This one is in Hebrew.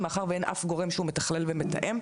מאחר ואין אף גורם שהוא מתכלל ומתאם.